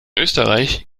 österreich